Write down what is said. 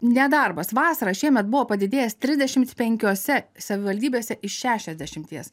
nedarbas vasarą šiemet buvo padidėjęs trisdešim penkiose savivaldybėse iš šešiasdešimies